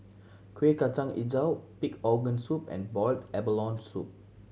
Kueh Kacang Hijau pig organ soup and boiled abalone soup